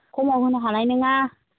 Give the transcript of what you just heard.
खमाव होनो हानाय नङा